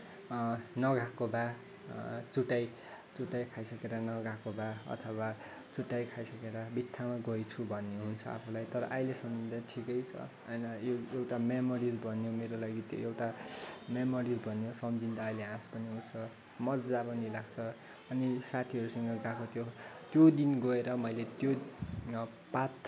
न गएकोभए चुटाइ चुटाइ खाइसकेर न गएकोभए अथवा चुटाइ खाइसकेर बित्थामा गएछुँ भन्ने हुन्छ आफूलाई तर अहिले सम्झिँदा ठिकै छ होइन यो एउटा मेमोरिज बनियो मेरो लागि त्यो एउटा मेमोरी बनियो सम्झिँदा अहिले हाँस पनि उठ्छ मज्जा पनि लाग्छ अनि साथीहरूसँग गएको थिएँ त्यो दिन गएर मैले त्यो पात